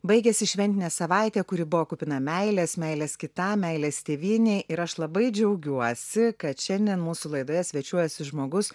baigėsi šventinė savaitė kuri buvo kupina meilės meilės kitam meilės tėvynei ir aš labai džiaugiuosi kad šiandien mūsų laidoje svečiuojasi žmogus